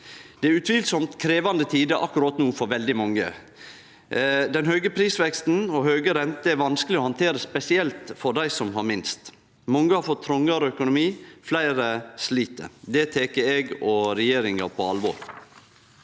Det er utvilsamt krevjande tider akkurat no for veldig mange. Den høge prisveksten og høge renter er vanskeleg å handtere, spesielt for dei som har minst. Mange har fått trongare økonomi, fleire slit. Det tek eg og regjeringa på alvor.